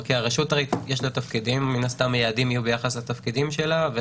לרשות יש תפקידים ומן הסתם היעדים יהיו ביחס לתפקידים שלה.